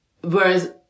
Whereas